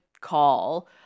call